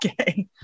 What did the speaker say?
Okay